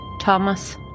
Thomas